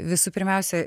visų pirmiausia